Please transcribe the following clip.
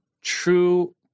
true